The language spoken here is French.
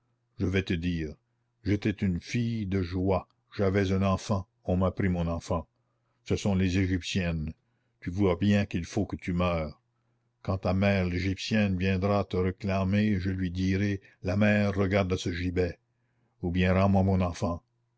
je vais te dire j'étais une fille de joie j'avais un enfant on m'a pris mon enfant ce sont les égyptiennes tu vois bien qu'il faut que tu meures quand ta mère l'égyptienne viendra te réclamer je lui dirai la mère regarde à ce gibet ou bien rends-moi mon enfant